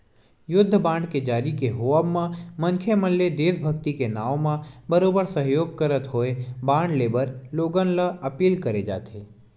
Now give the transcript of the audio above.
युद्ध बांड के जारी के होवब म मनखे मन ले देसभक्ति के नांव म बरोबर सहयोग करत होय बांड लेय बर लोगन ल अपील करे जाथे